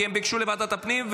כי הם ביקשו לוועדת הפנים,